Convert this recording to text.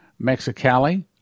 Mexicali